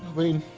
mean